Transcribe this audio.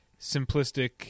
simplistic